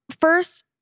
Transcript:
first